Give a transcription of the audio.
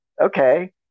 Okay